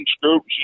groups